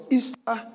Easter